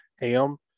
ham